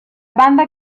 banda